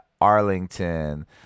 Arlington